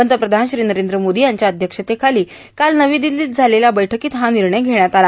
पंतप्रधान श्री नरेंद्र मोदी यांच्या अध्यक्षतेखाली काल नवी दिल्लीत झालेल्या बैठकीत हा निर्णय घेण्यात आला